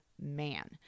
man